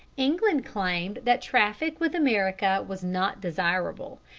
england claimed that traffic with america was not desirable,